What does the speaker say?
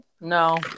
no